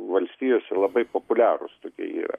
valstijose labai populiarūs tokie yra